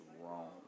wrong